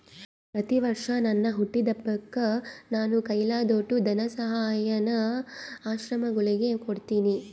ಪ್ರತಿವರ್ಷ ನನ್ ಹುಟ್ಟಿದಬ್ಬಕ್ಕ ನಾನು ಕೈಲಾದೋಟು ಧನಸಹಾಯಾನ ಆಶ್ರಮಗುಳಿಗೆ ಕೊಡ್ತೀನಿ